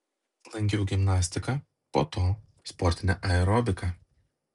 lankiau gimnastiką po to sportinę aerobiką